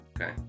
Okay